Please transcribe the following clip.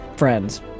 friends